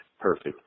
Perfect